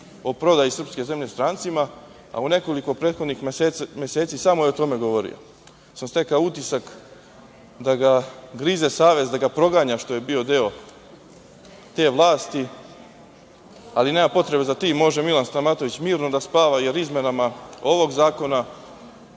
o prodaji srpske zemlje strancima, a u nekoliko prethodnih meseci samo je o tome govorio. Stekao sam utisak da ga grize savest, da ga proganja što je bio deo te vlasti, ali nema potrebe za tim. Može Milan Stamatović mirno da spava, jer izmenama ovog zakona